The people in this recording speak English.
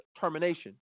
termination